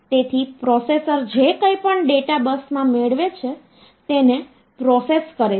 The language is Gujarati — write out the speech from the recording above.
તેથી પ્રોસેસર જે કંઈપણ ડેટા બસમાં મેળવે છે તેને પ્રોસેસ કરે છે